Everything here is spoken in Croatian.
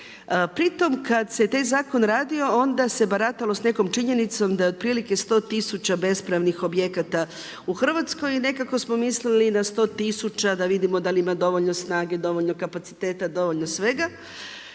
Pri tom kada se taj zakon radio onda se baratalo s nekom činjenicom da otprilike sto tisuća bespravnih objekata u Hrvatskoj i nekako smo misli na sto tisuća da vidimo da li ima dovoljno snage, dovoljno kapaciteta, dovoljno svega.